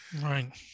Right